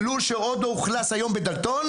זה לול שעוד לא אוכלס היום בדלתון,